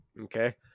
Okay